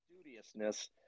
studiousness